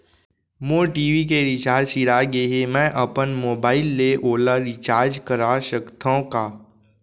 मोर TV के recharge सिरा गे हे, मैं अपन मोबाइल ले ओला रिचार्ज करा सकथव का?